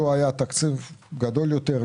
לו היה תקציב גדול יותר,